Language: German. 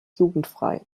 jugendfrei